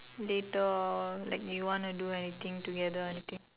later or like you want to do anything together or anything